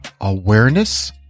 awareness